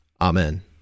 Amen